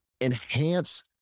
enhance